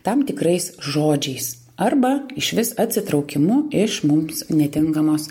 tam tikrais žodžiais arba išvis atsitraukimu iš mums netinkamos